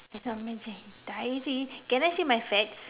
this one man say diary can I say my fats